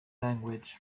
language